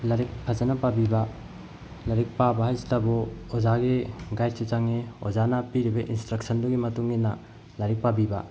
ꯂꯥꯏꯔꯤꯛ ꯐꯖꯅ ꯄꯥꯕꯤꯕ ꯂꯥꯏꯔꯤꯛ ꯄꯥꯕ ꯍꯥꯏꯁꯤꯇꯕꯨ ꯑꯣꯖꯥꯒꯤ ꯒꯥꯏꯗꯁꯤ ꯆꯪꯏ ꯑꯣꯖꯥꯅ ꯄꯤꯔꯤꯕ ꯏꯟꯁꯇ꯭ꯔꯛꯁꯟꯗꯨꯒꯤ ꯃꯇꯨꯡ ꯏꯟꯅ ꯂꯥꯏꯔꯤꯛ ꯄꯥꯕꯤꯕ